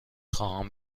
خواهم